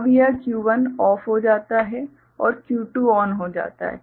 अब यह Q1 OFF हो जाता है और Q2 ON हो जाता है